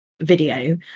video